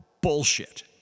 bullshit